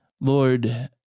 Lord